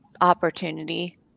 opportunity